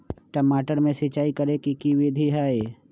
टमाटर में सिचाई करे के की विधि हई?